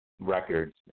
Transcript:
records